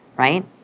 Right